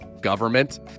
government